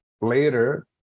later